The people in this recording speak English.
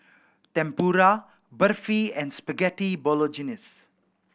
Tempura Barfi and Spaghetti Bolognese